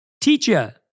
Teacher